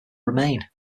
remain